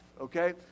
okay